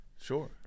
sure